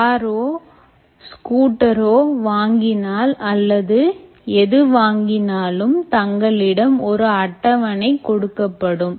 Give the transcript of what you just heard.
காரோ ஸ்கூட்டரோ வாங்கினால் அல்லதுஎது வாங்கினாலும் தங்களிடம் ஒரு அட்டவணை கொடுக்கப்படும்